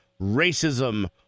racism